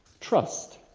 trust.